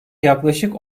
yaklaşık